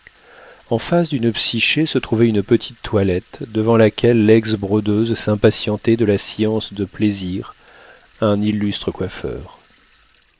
en face d'une psyché se trouvait une petite toilette devant laquelle lex brodeuse s'impatientait de la science de plaisir un illustre coiffeur